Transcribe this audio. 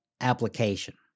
application